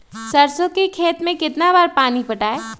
सरसों के खेत मे कितना बार पानी पटाये?